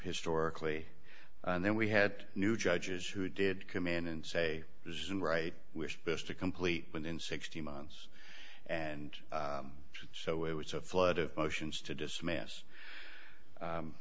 historically and then we had new judges who did come in and say this isn't right wish this to complete within sixty months and so it was a flood of motions to dismiss